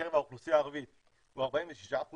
בקרב האוכלוסייה הערבית הוא 46%